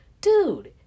Dude